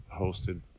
hosted